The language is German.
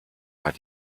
war